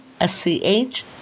s-c-h